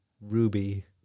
Ruby